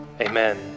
amen